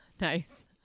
Nice